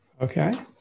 Okay